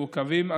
מעוכבים,